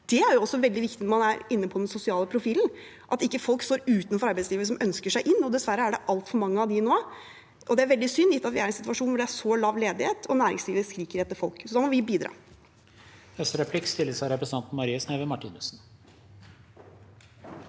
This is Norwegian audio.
Det er også veldig viktig når man er inne på den sosiale profilen, at ikke folk står utenfor arbeidslivet og ønsker seg inn. Dessverre er det altfor mange av dem nå. Det er veldig synd, gitt at vi er i en situasjon hvor det er så lav ledighet og næringslivet skriker etter folk. Så da må vi bidra.